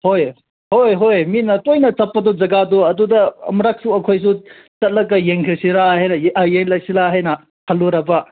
ꯍꯣꯏ ꯍꯣꯏ ꯍꯣꯏ ꯃꯤꯅ ꯇꯣꯏꯅ ꯆꯠꯄꯗꯨ ꯖꯒꯥꯗꯨ ꯑꯗꯨꯗ ꯑꯃꯔꯛꯁꯨ ꯑꯩꯈꯣꯏꯁꯨ ꯆꯠꯂꯒ ꯌꯦꯡꯈꯤꯁꯤꯔꯥ ꯍꯥꯏꯅ ꯌꯦꯡꯂꯁꯤꯔꯥ ꯍꯥꯏꯅ ꯈꯜꯂꯨꯔꯕ